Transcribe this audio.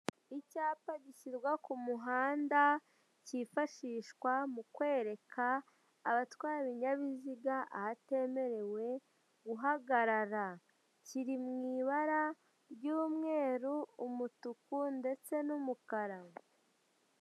Icyapa gishyirwa ku muhanda cyifashishwa mu kwereka abatwara ibinyabiziga ahatemerewe guhagarara. Kiri mu ibarwa ry'umweru, umutuku ndetse n'umukara.